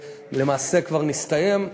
למעשה כבר נסתיים,